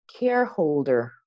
careholder